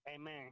Amen